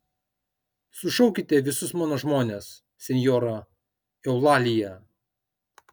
sušaukite visus mano žmones senjora eulalija